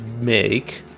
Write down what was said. make